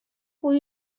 will